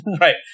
Right